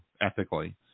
ethically